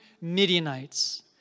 Midianites